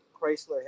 Chrysler